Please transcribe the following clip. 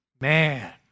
man